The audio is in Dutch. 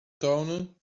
tonen